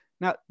Now